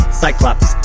cyclops